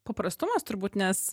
paprastumas turbūt nes